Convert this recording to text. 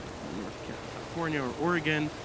or in northern california or oregon,